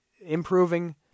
improving